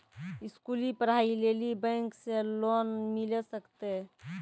स्कूली पढ़ाई लेली बैंक से लोन मिले सकते?